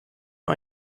nur